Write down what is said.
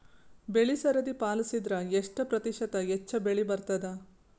ಬೆಳಿ ಸರದಿ ಪಾಲಸಿದರ ಎಷ್ಟ ಪ್ರತಿಶತ ಹೆಚ್ಚ ಬೆಳಿ ಬರತದ?